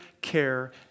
care